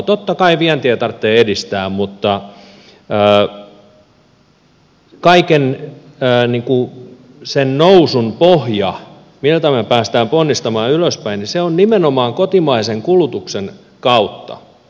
totta kai vientiä tarvitsee edistää mutta kaiken sen nousun pohja miltä me pääsemme ponnistamaan ylöspäin on nimenomaan kotimaisen kulutuksen kautta